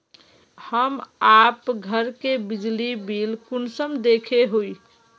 हम आप घर के बिजली बिल कुंसम देखे हुई?